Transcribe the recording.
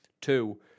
Two